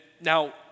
now